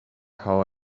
how